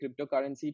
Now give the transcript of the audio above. cryptocurrency